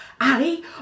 Ali